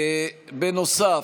בנוסף,